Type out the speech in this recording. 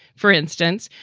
for instance,